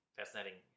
fascinating